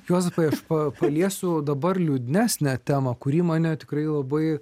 juozapai aš pa paliesiu dabar liūdnesnę temą kuri mane tikrai labai